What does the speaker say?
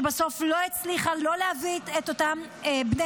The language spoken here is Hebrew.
שבסוף לא הצליחה להביא את אותם בני